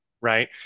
right